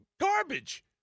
garbage